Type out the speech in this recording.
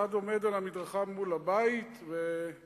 אחד עומד על המדרכה מול הבית ו-זהו.